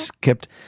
kept